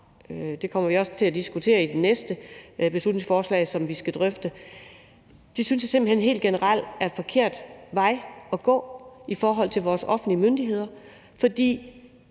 det kommer vi også til at diskutere under behandlingen af det næste beslutningsforslag, som vi skal drøfte – simpelt hen helt generelt er en forkert vej at gå i forhold til vores offentlige myndigheder. I